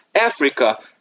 Africa